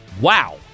Wow